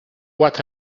what